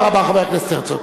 תודה רבה, חבר הכנסת הרצוג.